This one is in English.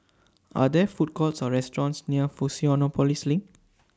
Are There Food Courts Or restaurants near Fusionopolis LINK